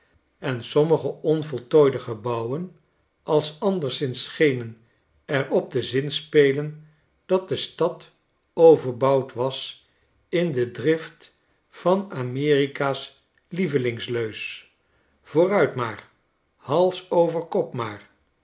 en sommige onvoltooide gebouwen als anderszins schenen er op te zinspelen dat de stad overbouwd was in de drift van a m e r i k a's lievelingsleus vooruit maar hals over kop